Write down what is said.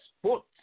sports